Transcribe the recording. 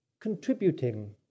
contributing